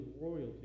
royalty